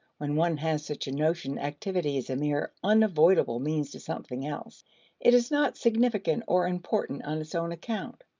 when one has such a notion, activity is a mere unavoidable means to something else it is not significant or important on its own account.